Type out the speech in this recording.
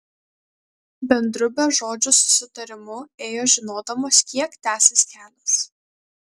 bendru bežodžiu susitarimu ėjo žinodamos kiek tęsis kelias